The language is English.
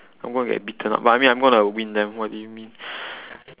I'm gonna get beaten up but I mean I'm gonna win them what do you mean